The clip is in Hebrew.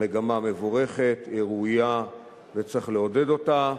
המגמה מבורכת, היא ראויה וצריך לעודד אותה,